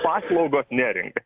paslaugos neringai